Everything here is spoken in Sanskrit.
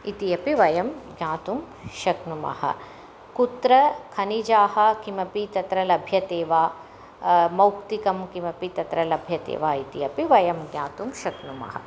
इति अपि वयं ज्ञातुं शक्नुमः कुत्र खनिजाः किमपि तत्र लभ्यन्ते वा मौक्तिकं किमपि तत्र लभ्यते वा इति अपि वयं ज्ञातुं शक्नुमः